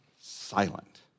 silent